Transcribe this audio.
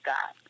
God